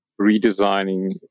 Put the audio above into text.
redesigning